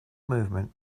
movement